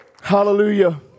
Hallelujah